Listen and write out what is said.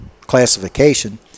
classification